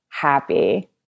happy